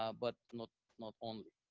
um but not not only.